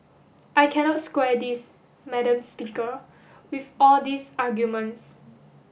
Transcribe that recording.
I cannot square this madam speaker with all these arguments